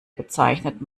bezeichnet